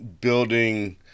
building